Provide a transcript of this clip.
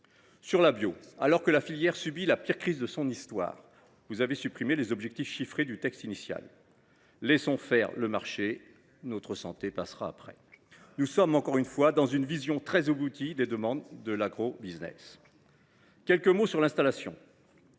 bio, alors que la filière subit la pire crise de son histoire, vous avez supprimé les objectifs chiffrés du texte initial : laissons faire le marché, notre santé passera après ! Nous sommes encore une fois dans une vision très aboutie des demandes de l’agrobusiness. Quelques mots sur l’installation